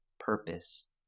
purpose